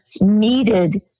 needed